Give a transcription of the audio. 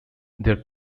their